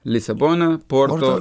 lisaboną porto